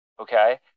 okay